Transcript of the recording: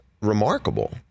remarkable